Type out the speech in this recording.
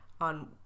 on